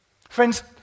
Friends